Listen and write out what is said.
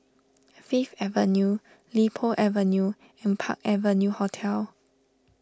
Fifth Avenue Li Po Avenue and Park Avenue Hotel